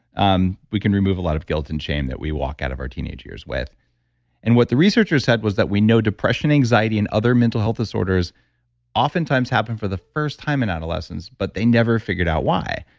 um we can remove a lot of guilt and shame that we walk out of our teenage years with and what the researchers said was that we know depression, anxiety and other mental health disorders oftentimes happen for the first time in adolescence, but they never figured out why.